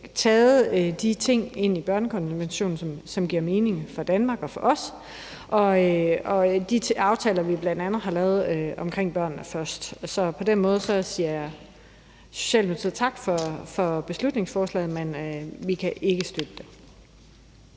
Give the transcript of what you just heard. taget de ting ind fra børnekonventionen, som giver mening for Danmark og for os i forhold til de aftaler, vi bl.a. har lavet omkring »Børnene Først«. Så med de ord siger Socialdemokratiet tak for beslutningsforslaget, men vi kan ikke støtte det.